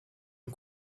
ein